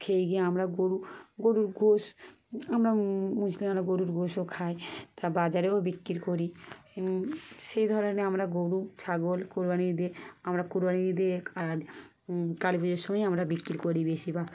খেয়ে গিয়ে আমরা গরু গরুর গোশ আমরা মুসলিম আমরা গরুর গোশও খাই তা বাজারেও বিক্রি করি সেই ধরনের আমরা গরু ছাগল কুরবানি দিই আমরা কুরবানি দিই আর কালী পুজোর সময় আমরা বিক্রি করি বেশিরভাগ